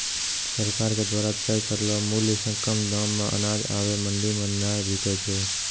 सरकार के द्वारा तय करलो मुल्य सॅ कम दाम मॅ अनाज आबॅ मंडी मॅ नाय बिकै छै